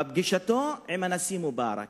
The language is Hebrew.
בפגישתו עם הנשיא מובארק,